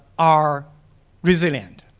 are resilient.